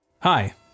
Hi